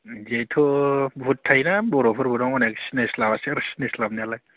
बेथ' बहुद थायो ना बर'फोरबो दं अनेक सिनाय स्लाबासै आरो सिनाय स्लाबनायालाय